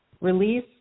Release